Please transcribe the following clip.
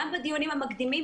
גם בדיונים המקדימים,